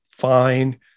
fine